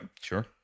sure